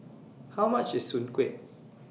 How much IS Soon Kueh